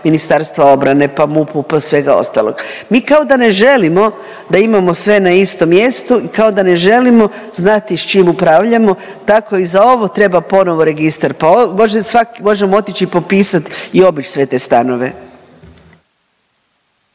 Ministarstva obrane, pa MUP-u, pa svega ostalog. Mi kao da ne želimo da imamo sve na istom mjestu, kao da ne želimo znati s čim upravljamo, tako i za ovo treba ponovo registar, pa može svak, možemo otić i popisat i obić sve te stanove.